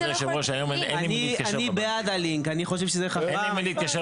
כבוד יושב הראש, היום אין למי להתקשר